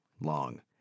long